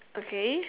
okay